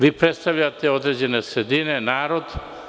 Vi predstavljate određene sredine i narod.